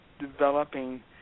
developing